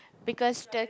because Tur~